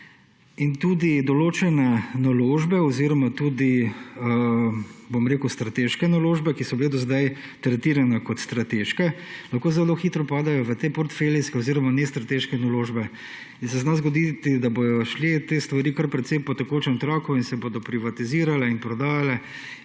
in tudi določene naložbe oziroma tudi strateške naložbe, ki so bile do sedaj tretirane kot strateške, lahko zelo hitro padejo v te portfeljske oziroma nestrateške naložbe. In se zna zgoditi, da bodo šle te stvari kar precej po tekočem traku in se bodo privatizirale in prodajale.